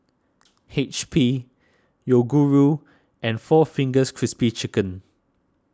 H P Yoguru and four Fingers Crispy Chicken